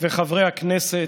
וחברי הכנסת,